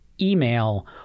email